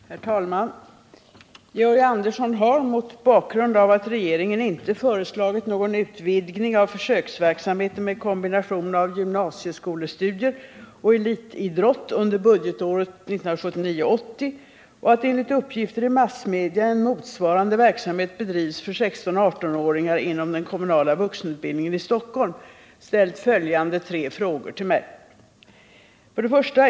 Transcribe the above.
Herr talman! Georg Andersson har, mot bakgrund av att regeringen inte föreslagit någon utvidgning av försöksverksamheten med kombination av gymnasieskolestudier och elitidrott under budgetåret 1979/80 och att enligt uppgifter i massmedia en motsvarande verksamhet bedrivs för 16-18-åringar inom den kommunala vuxenutbildningen i Stockholm, ställt följande tre frågor till mig: 1.